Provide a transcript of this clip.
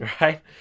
right